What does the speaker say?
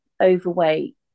overweight